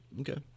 Okay